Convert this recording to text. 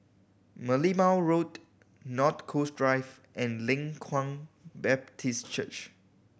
Merlimau Road North Coast Drive and Leng Kwang Baptist Church